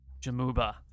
Jamuba